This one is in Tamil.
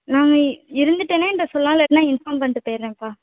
நான் அங்கே இ இருந்துவிட்டேனா என்ட்ட சொல்லலாம் இல்லாட்டினா இன்ஃபார்ம் பண்ணிட்டு போயிடுறேன்ப்பா